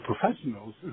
professionals